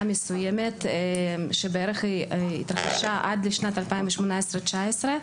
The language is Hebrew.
מסוימת שהתרחשה עד לשנת 2019-2018 בערך.